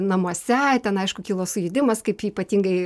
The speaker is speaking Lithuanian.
namuose ten aišku kilo sujudimas kaip ypatingai